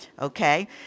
okay